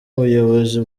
ubuyobozi